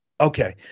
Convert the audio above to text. Okay